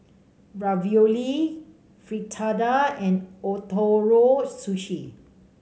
Ravioli Fritada and Ootoro Sushi